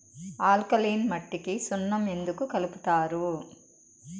alkaline మట్టికి సున్నం ఎందుకు కలుపుతారు